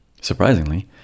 Surprisingly